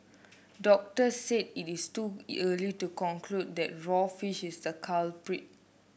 doctors said it is too early to conclude that raw fish is the culprit